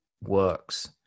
works